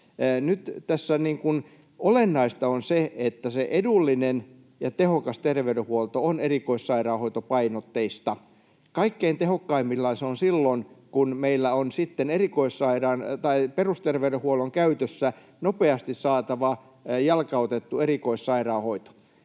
olennaista on se, että se edullinen ja tehokas terveydenhuolto on erikoissairaanhoitopainotteista. Kaikkein tehokkaimmillaan se on silloin, kun meillä on perusterveydenhuollon käytössä nopeasti saatava jalkautettu erikoissairaanhoito.